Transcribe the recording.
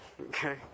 Okay